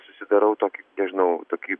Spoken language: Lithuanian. susidarau toki nežinau tokį